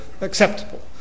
acceptable